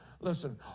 listen